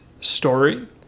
story